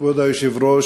כבוד היושב-ראש,